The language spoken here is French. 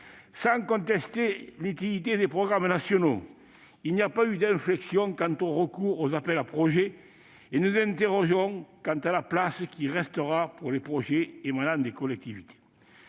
Sans contester l'utilité des programmes nationaux, il n'y a pas eu d'inflexion quant au recours aux appels à projets, et nous nous interrogeons quant à la place qui restera pour les projets émanant des collectivités.